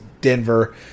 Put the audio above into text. Denver